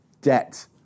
Debt